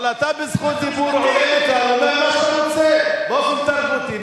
אבל אתה בזכות דיבור עולה לכאן ואומר מה שאתה רוצה באופן תרבותי,